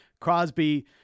Crosby